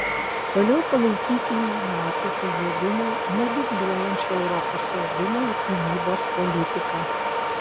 toliau palaikykime nato pajėgumų nedubliuojančią europos saugumo ir gynybos politiką